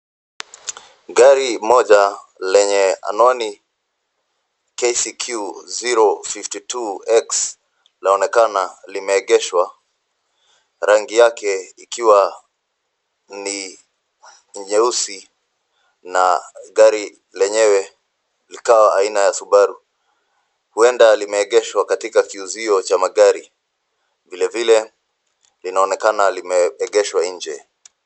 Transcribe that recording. Gari moja lenye anwani KCQ 052X laonekana limeegeshwa, rangi yake ikiwa ni nyeusi na gari lenyewe likawa aina ya subaru. Huenda limeegeshwa katika kiuzio cha magari. Vilevile linaonekana limeegeshwa nje.